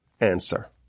answer